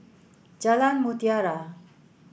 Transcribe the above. Jalan Mutiara